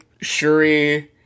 Shuri